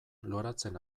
loratzen